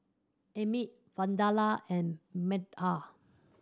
Amit Vandana and Medha